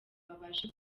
babashe